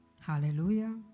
Hallelujah